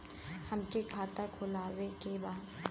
हमके खाता खोले के बा?